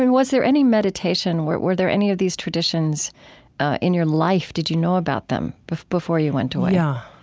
and was there any meditation? were were there any of these traditions in your life? did you know about them but before you went away? yeah.